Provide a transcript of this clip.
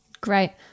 Great